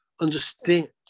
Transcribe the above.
understand